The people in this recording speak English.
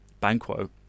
Banquo